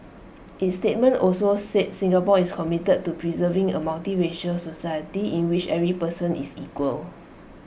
its statement also said Singapore is committed to preserving A multiracial society in which every person is equal